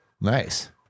nice